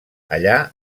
allà